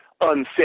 unsafe